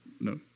no